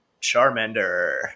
Charmander